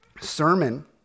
sermon